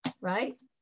right